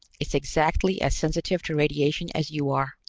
it's exactly as sensitive to radiation as you are.